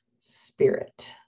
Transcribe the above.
spirit